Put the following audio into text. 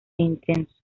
intenso